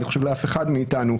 אני חושב לאף אחד מאיתנו,